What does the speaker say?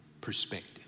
perspective